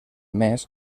mes